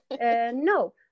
No